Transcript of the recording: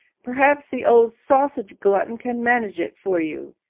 perhaps the old sausage-glutton can manage it for you.